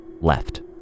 left